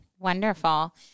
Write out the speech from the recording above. Wonderful